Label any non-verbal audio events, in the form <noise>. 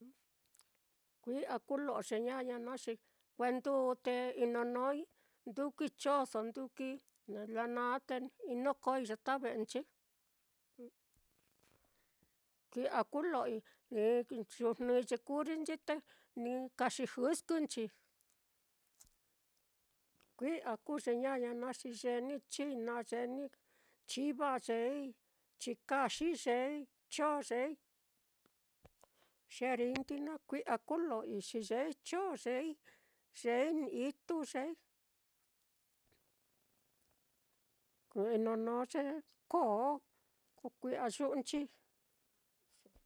Kui'a kulo'o ye ñaña naá, xi kue ndūū te inonói ndukui chonso ndukui, la naá te inokói yata ve'enchi <noise> kui'a kulo'oi yu jnɨi ye kurinchi, te ni kaxi jɨskɨnchi, <noise> kui'a kuu ye ñaña naá, xi yee níi china, yee níi chiva, yeei chikaxi, yeei chon yeei, <noise> ye rindi naá kui'a kulo'oi, xi yeei chon yeei, yeei itu yeei, <noise> inonó ye koo ko kui'a yu'únchi.